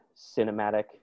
cinematic